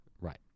Right